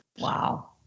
Wow